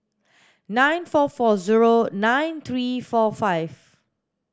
nine four four zero nine three four five